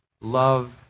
love